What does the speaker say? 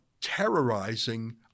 terrorizing